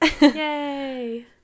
yay